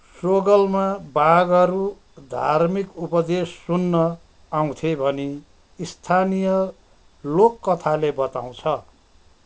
स्रोगलमा बाघहरू धार्मिक उपदेश सुन्न आउँथे भनी स्थानीय लोककथाले बताउँछ